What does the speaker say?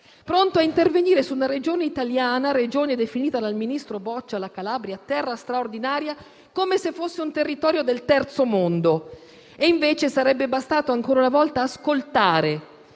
pronto a intervenire su una Regione italiana, la Calabria (definita dal ministro Boccia «terra straordinaria»), come se fosse un territorio del terzo mondo. Invece sarebbe bastato ancora una volta ascoltare